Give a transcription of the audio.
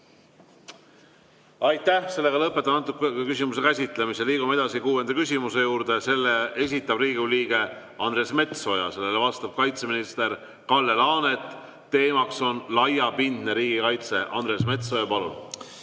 Aitäh! Lõpetan selle küsimuse käsitlemise. Liigume kuuenda küsimuse juurde. Selle esitab Riigikogu liige Andres Metsoja, sellele vastab kaitseminister Kalle Laanet ja teema on laiapindne riigikaitse. Andres Metsoja, palun!